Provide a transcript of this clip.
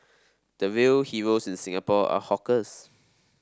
the real heroes in Singapore are hawkers